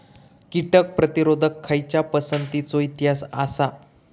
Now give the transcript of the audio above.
कीटक प्रतिरोधक खयच्या पसंतीचो इतिहास आसा?